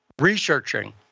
researching